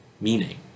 meaning